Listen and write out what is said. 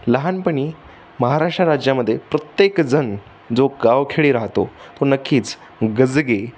लहानपणी महाराष्ट्र राज्यामध्ये प्रत्येकजण जो गावखेडी राहतो तो नक्कीच गजगे